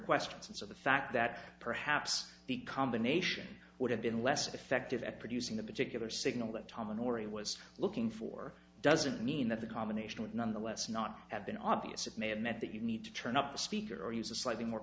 questions or the fact that perhaps the combination would have been less effective at producing the particular signal that tom and henri was looking for doesn't mean that the combination of nonetheless not have been obvious it may have meant that you need to turn up a speaker or use a slightly more